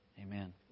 Amen